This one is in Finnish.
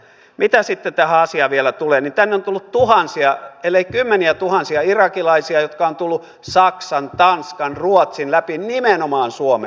mitä sitten tähän asiaan vielä tulee niin tänne on tullut tuhansia ellei kymmeniätuhansia irakilaisia jotka ovat tulleet saksan tanskan ruotsin läpi nimenomaan suomeen